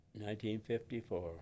1954